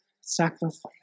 sacrifice